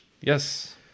Yes